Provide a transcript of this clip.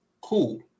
cool